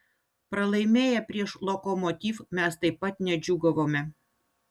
pralaimėję prieš lokomotiv mes taip pat nedžiūgavome